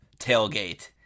tailgate